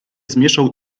zmieszał